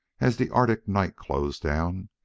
as the arctic night closed down,